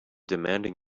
demanding